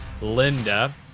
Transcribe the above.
Linda